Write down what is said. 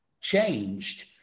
changed